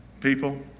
People